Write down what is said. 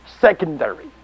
secondary